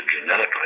genetically